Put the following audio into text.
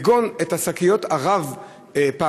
כגון את השקיות הרב-פעמיות,